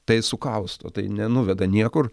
tai sukausto tai nenuveda niekur